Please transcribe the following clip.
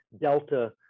Delta